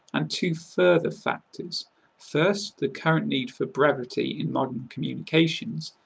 and two further factors first, the current need for brevity in modern communications,